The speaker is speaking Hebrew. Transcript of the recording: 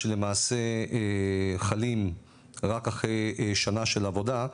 שלמעשה חלים רק אחרי שנה של עבודה,